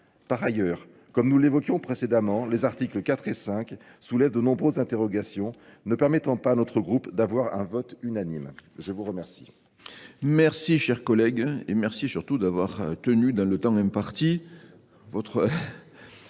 Par ailleurs, comme nous l'évoquions précédemment, les articles 4 et 5 soulèvent de nombreuses interrogations ne permettant pas à notre groupe d'avoir un vote unanime. Je vous remercie.